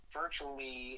virtually